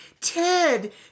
Ted